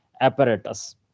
apparatus